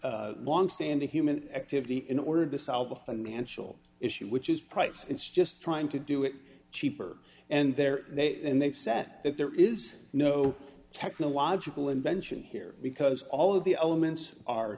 longstanding human activity in order to solve a financial issue which is price it's just trying to do it cheaper and there and they've said that there is no technological invention here because all of the elements are